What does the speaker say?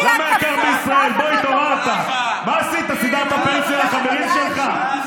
באמת, זה התפקיד שעשית